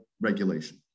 regulation